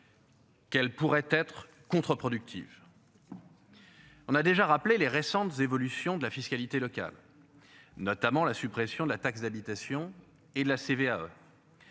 Quel pourrait être contreproductives. On a déjà rappelé les récentes évolutions de la fiscalité locale. Notamment la suppression de la taxe d'habitation et la CVAE.